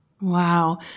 Wow